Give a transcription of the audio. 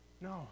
No